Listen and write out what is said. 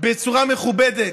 בצורה מכובדת.